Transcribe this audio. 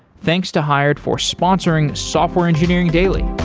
thanks to hired for sponsoring software engineering daily